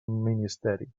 ministeri